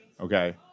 okay